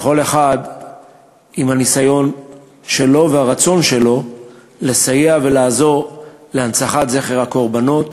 וכל אחד עם הניסיון שלו והרצון שלו לסייע ולעזור בהנצחת זכר הקורבנות,